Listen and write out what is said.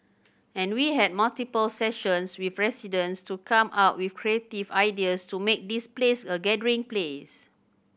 and we had multiple sessions with residents to come up with creative ideas to make this place a gathering place